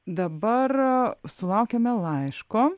dabar sulaukėme laiško